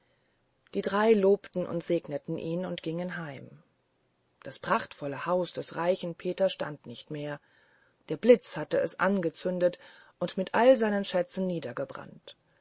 die drei lobten und segneten ihn und gingen heim das prachtvolle haus des reichen peters stand nicht mehr der blitz hatte es angezündet und mit all seinen schätzen niedergebrannt